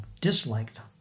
disliked